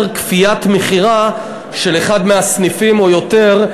כפיית מכירה של אחד מהסניפים או יותר,